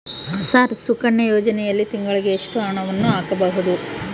Sir Sukanya ಯೋಜನೆಯಲ್ಲಿ ತಿಂಗಳಿಗೆ ಎಷ್ಟು ಹಣವನ್ನು ಹಾಕಬಹುದು?